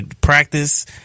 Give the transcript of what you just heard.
practice